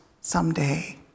someday